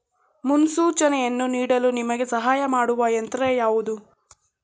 ಮುನ್ಸೂಚನೆಯನ್ನು ನೀಡಲು ನಿಮಗೆ ಸಹಾಯ ಮಾಡುವ ಯಂತ್ರ ಯಾವುದು?